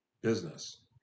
business